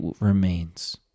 remains